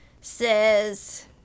says